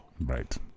Right